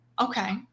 Okay